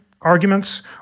arguments